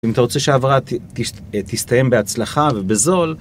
אם אתה רוצה שהעברה תסתיים בהצלחה ובזול...